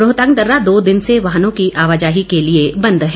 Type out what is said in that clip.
रोहतांग दर्रा दो दिन से वाहनों की आवाजाही के लिए बंद है